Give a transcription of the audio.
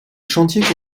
chantier